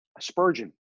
Spurgeon